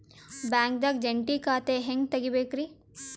ಬ್ಯಾಂಕ್ದಾಗ ಜಂಟಿ ಖಾತೆ ಹೆಂಗ್ ತಗಿಬೇಕ್ರಿ?